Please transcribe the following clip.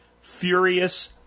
furious